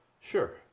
Sure